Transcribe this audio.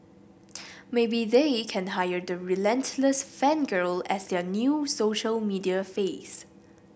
maybe they can hire the relentless fan girl as their new social media face